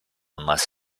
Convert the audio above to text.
unless